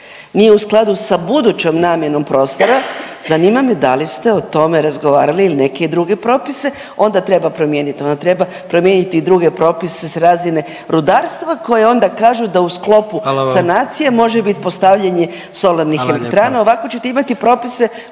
nije u skladu sa budućom namjenom prostora, zanima me da li ste o tome razgovarali ili neke druge propise, onda treba promijenit, onda treba promijeniti i druge propise s razine rudarstva koje onda kažu da u sklopu…/Upadica predsjednik: Hvala vam/…sanacije može bit postavljanje solarnih elektrana…/Upadica predsjednik: